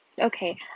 Okay